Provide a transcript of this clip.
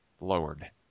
lowered